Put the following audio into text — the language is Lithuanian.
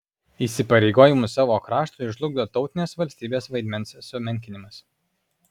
įsipareigojimus savo kraštui žlugdo tautinės valstybės vaidmens sumenkinimas